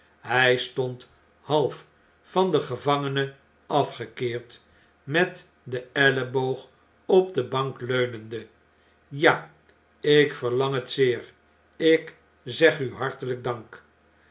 hij stond half van den gevangene afgekeerd met den elleboog op de bank leunende ja ik verlang het zeer ik zeg u hartelyk dank